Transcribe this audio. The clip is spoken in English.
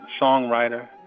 songwriter